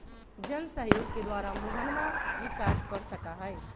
जनसहयोग के द्वारा मोहनवा ई कार्य कर सका हई